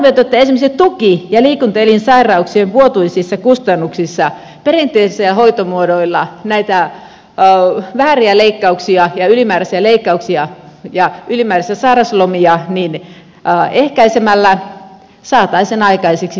on arvioitu että esimerkiksi tuki ja liikuntaelinsairauksien vuotuisissa kustannuksissa perinteisillä hoitomuodoilla näitä vääriä ja ylimääräisiä leikkauksia ja ylimääräisiä sairauslomia ehkäisemällä saataisiin aikaiseksi huikeat säästöt